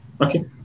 Okay